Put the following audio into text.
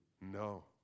No